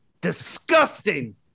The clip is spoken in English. disgusting